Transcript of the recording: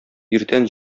иртән